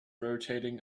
rotating